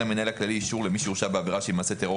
המנהל הכללי אישור למי שהורשע בעבירה שהיא מעשה טרור